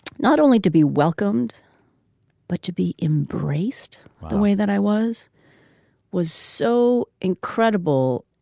not only to be welcomed but to be embraced the way that i was was so incredible.